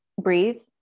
breathe